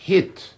Hit